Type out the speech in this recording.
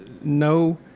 No